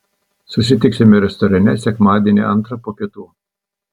susitiksime restorane sekmadienį antrą po pietų